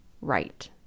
right